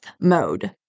mode